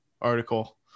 article